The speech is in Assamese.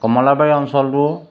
কমলাবাৰী অঞ্চলটো